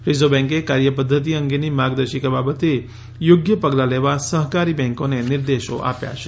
reserve બેન્કે કાર્યપધ્ધતિ અંગેની માર્ગદર્શિકા બાબતે યોગ્ય પગલાં લેવા સહકારી બેન્કોને નિદેશો આપ્યા છે